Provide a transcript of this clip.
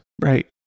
right